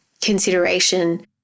consideration